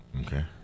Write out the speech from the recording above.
Okay